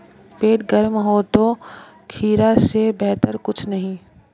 पेट गर्म हो तो खीरा से बेहतर कुछ नहीं